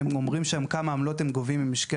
הם אומרים שם כמה עמלות הם גובים ממשקי